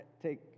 take